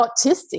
autistic